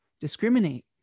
discriminate